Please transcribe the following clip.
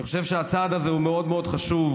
אני חושב שהצעד הזה הוא מאוד מאוד חשוב,